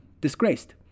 disgraced